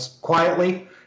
quietly